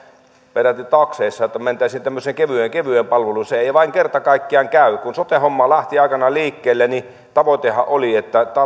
peräti takseissa että mentäisiin tämmöiseen kevyeen kevyeen palveluun se ei vain kerta kaikkiaan käy kun sote homma lähti aikanaan liikkeelle niin tavoitehan oli että